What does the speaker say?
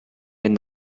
wenn